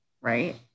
right